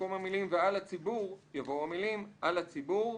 במקום המילים "ועל הציבור" יבואו המילים: "על הציבור,